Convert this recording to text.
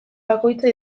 bakoitza